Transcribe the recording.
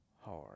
hard